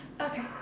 Okay